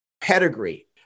pedigree